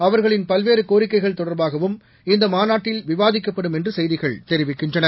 அவர்களின் பல்வேறு கோரிக்கைகள் தொடர்பாகவும் இந்த மாநாட்டில் விவாதிக்கப்படும் என்று செய்திகள் தெரிவிக்கின்றன